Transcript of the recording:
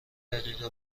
دقیقه